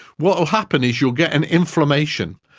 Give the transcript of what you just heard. what will happen is you'll get an inflammation,